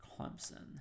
Clemson